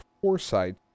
foresight